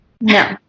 no